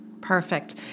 Perfect